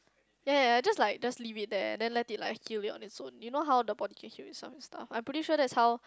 ya ya ya just like just leave it there then let it like heal it on its own you know how the body can heal itself and stuff I'm pretty sure that's how